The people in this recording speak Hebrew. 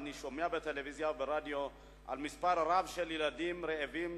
ואני שומע בטלוויזיה וברדיו על מספר רב של ילדים רעבים,